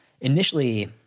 initially